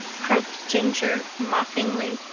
croaked ginger mockingly.